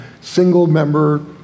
single-member